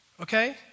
okay